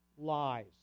lies